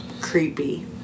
Creepy